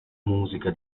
musica